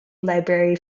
library